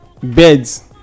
beds